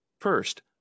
First